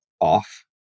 off